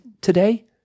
today